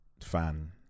fan